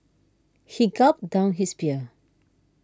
he gulped down his beer